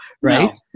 Right